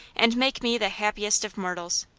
and make me the happiest of mortals.